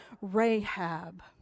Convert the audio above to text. Rahab